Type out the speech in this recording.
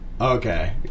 Okay